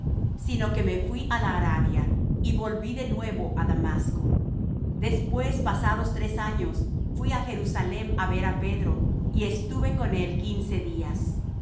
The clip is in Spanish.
sino que me fuí á la arabia y volví de nuevo á damasco depués pasados tres años fuí á jerusalem á ver á pedro y estuve con él quince días